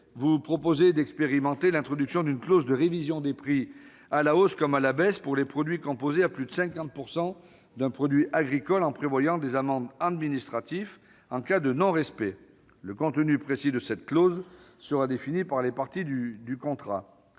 vous proposez d'expérimenter l'introduction d'une clause de révision des prix, à la hausse comme à la baisse, pour les produits composés à plus de 50 % d'un produit agricole, tout en prévoyant des amendes administratives en cas de non-respect. Le contenu précis de cette clause sera défini par les parties au contrat.